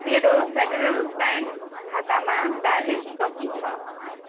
मेरो Federal Bank खातामा balance कति छ